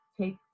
take